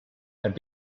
and